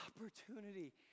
opportunity